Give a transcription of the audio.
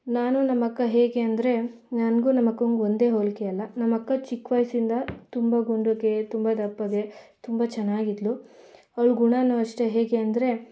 ನಾನು ನಮ್ಮಕ್ಕ ಹೇಗೆ ಅಂದರೆ ನನ್ಗೂ ನಮಕ್ಕಂಗೂ ಒಂದೇ ಹೋಲಿಕೆ ಅಲ್ಲ ನಮ್ಮಕ್ಕ ಚಿಕ್ಕ ವಯಸ್ಸಿಂದ ತುಂಬ ಗುಂಡಗೆ ತುಂಬ ದಪ್ಪಗೆ ತುಂಬ ಚೆನ್ನಾಗಿದ್ದಳು ಅವ್ಳ ಗುಣವೂ ಅಷ್ಟೇ ಹೇಗೆ ಅಂದರೆ